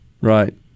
Right